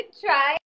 try